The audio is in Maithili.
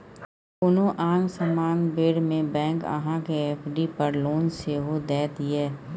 कोनो आंग समांग बेर मे बैंक अहाँ केँ एफ.डी पर लोन सेहो दैत यै